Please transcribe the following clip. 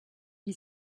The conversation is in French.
qui